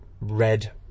red